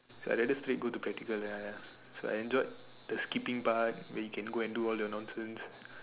so I rather sleep go to practical ya ya so I enjoyed the skipping part when you can go do all your nonsense